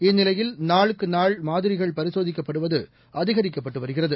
இந்நிலையில் நாளுக்குநாள் மாதிரிகள் பரிசோதிக்கப்படுவதுஅதிகரிக்கப்பட்டுவருகிறது